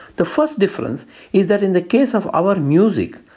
the first difference is that in the case of our music,